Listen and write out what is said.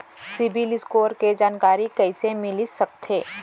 CIBIL score के जानकारी कइसे मिलिस सकथे?